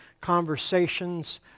conversations